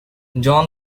joan